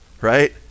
Right